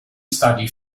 study